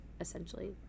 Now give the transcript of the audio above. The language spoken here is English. essentially